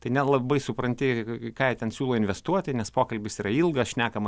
tai nelabai supranti ką jie ten siūlo investuoti nes pokalbis yra ilgas šnekama